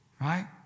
Right